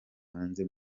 hanze